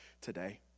today